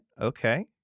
okay